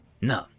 No